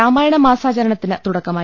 രാമായണ മാസാചരണത്തിന് തുട ക്കമായി